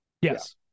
Yes